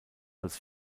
als